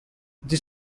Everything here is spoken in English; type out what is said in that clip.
this